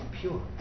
pure